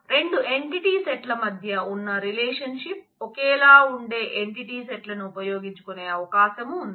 2 entity సెట్ల ఒకేలా ఉండే ఎంటిటీ సెట్లను ఉపయోగించుకునే అవకాశం ఉంది